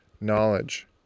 knowledge